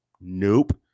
nope